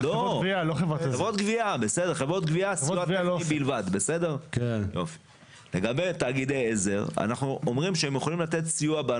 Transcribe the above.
שכל הדברים ייעשו בתוך חברת הגבייה כך שתאגיד העזר יעסוק רק בנושא